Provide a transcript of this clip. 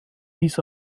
dies